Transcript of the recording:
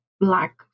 black